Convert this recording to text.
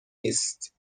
نیست